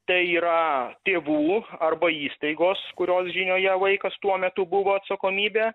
tai yra tėvų arba įstaigos kurios žinioje vaikas tuo metu buvo atsakomybė